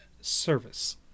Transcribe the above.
service